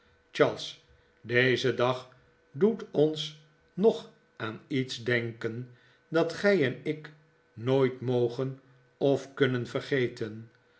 deze dag doet ons nog aan iets denken dat gij en ik nooit mogen of kunnen vergeten